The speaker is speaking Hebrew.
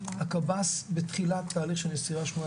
הקב"ס בתחילת תהליך של נשירה סמויה,